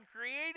created